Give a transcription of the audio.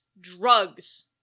drugs